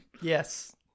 yes